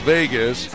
Vegas